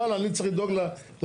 אבל אני צריך לדאוג לאזרח.